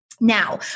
Now